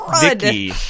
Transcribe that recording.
vicky